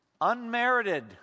Unmerited